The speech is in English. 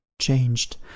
changed